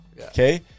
okay